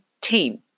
team